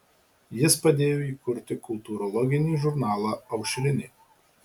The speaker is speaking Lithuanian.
jis padėjo įkurti kultūrologinį žurnalą aušrinė